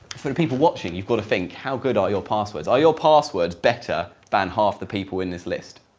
for the people watching you got to think how good are your passwords? are your passwords better than half the people in this list,